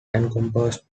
encompassed